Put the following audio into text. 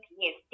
yes